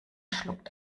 schluckt